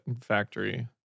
factory